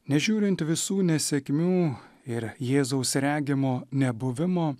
nežiūrint visų nesėkmių ir jėzaus regimo nebuvimo